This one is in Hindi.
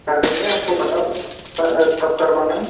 कर देंगे आपको बताओ कब करवाना है